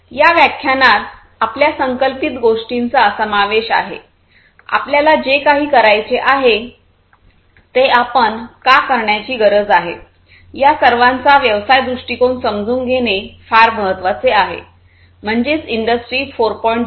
या व्याख्यानात आपल्या संकल्पित गोष्टींचा समावेश आहे आपल्याला जे काही करायचे आहे ते आपण का करण्याची गरज आहे या सर्वांचा व्यवसाय दृष्टीकोन समजून घेणे फार महत्वाचे आहे म्हणजेच इंडस्ट्री 4